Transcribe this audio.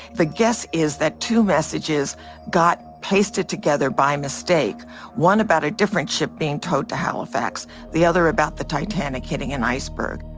the guess is that two messages got pasted together by mistake one about a different ship being towed to halifax the other about the titanic hitting an iceberg